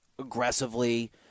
aggressively